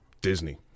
Disney